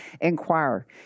inquire